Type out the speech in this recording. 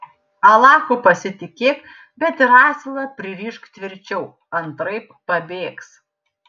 alachu pasitikėk bet ir asilą pririšk tvirčiau antraip pabėgs